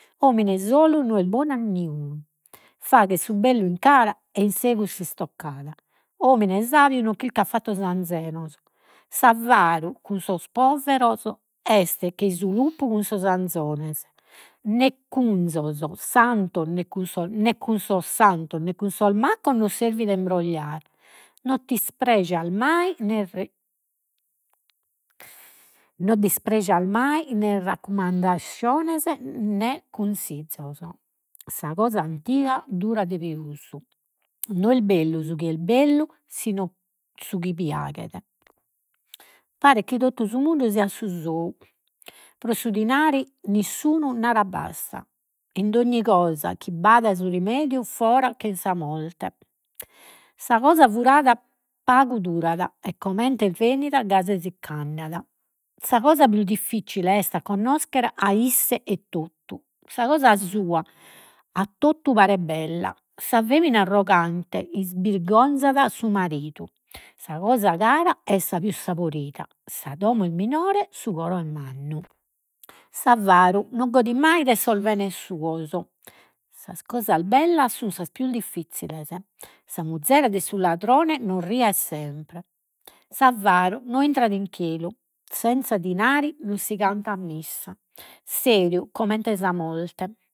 Omine solu non est bonu a niunu, fagher su bellu in cara, e insegus s'istoccada, omine sabiu non chircat fattos anzenos. S'avaru cun sos poveros est chei su lupu cun sos anzones. Né santos né cun sos santos, né cun sos santos né cun sos maccos, non servit a imbrogliare, non ti mai ne' non disprejas né raccumandaziones, né consizos. Sa cosa antiga durat de pius, non est bellu su chi est bellu, si su chi piaghet, paret chi totu su mundu siat su sou. Pro su dinari nisciunu narat basta. In d'ogni cosa chi b’at su rimediu, foras che in sa morte. Sa cosa furada durat, e comente est bennida, gasi si ch'andat, sa cosa pius diffizzile est a connoschere a isse e totu, sa cosa sua a totu paret bella, sa femina arrogante su maridu, sa cosa cara est sa pius saborida, sa domo est minore, su coro est mannu, s'avaru non godit mai de sos benes suos, sas cosas bellas sunt sas pius diffizziles, sa muzere de su ladrone non riet semper, s'avaru non intrat in chelu, senza dinari non si cantat missa. Seriu comente sa morte